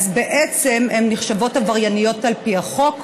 אז בעצם הן נחשבות עברייניות על פי החוק: